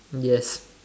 yes